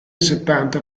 settanta